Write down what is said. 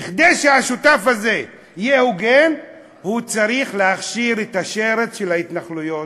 כדי שהשותף הזה יהיה הוגן הוא צריך להכשיר את השרץ של ההתנחלויות.